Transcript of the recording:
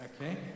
Okay